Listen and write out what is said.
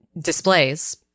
displays